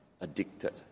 addicted